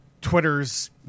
Twitter's